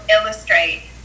illustrate